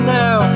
now